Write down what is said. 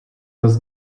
was